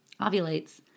ovulates